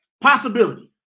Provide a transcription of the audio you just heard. possibility